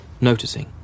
noticing